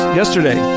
yesterday